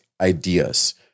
ideas